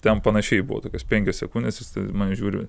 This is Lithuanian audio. ten panašiai buvo tokios penkios sekundės jis į mane žiūri